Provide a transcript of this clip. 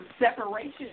separation